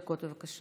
חמש דקות, בבקשה.